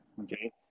Okay